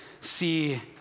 see